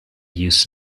used